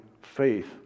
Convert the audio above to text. faith